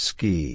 Ski